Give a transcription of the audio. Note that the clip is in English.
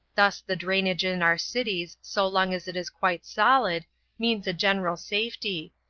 thus the drainage in our cities so long as it is quite solid means a general safety,